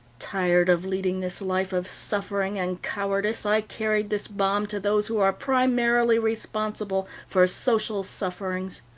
tired of leading this life of suffering and cowardice, i carried this bomb to those who are primarily responsible for social sufferings.